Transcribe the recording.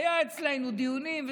היו אצלנו דיונים,